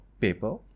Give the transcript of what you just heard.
paper